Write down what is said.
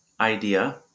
idea